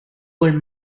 old